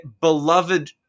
beloved